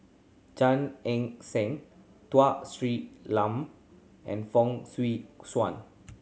Gan Eng Seng Tun Sri Lanang and Fong Swee Suan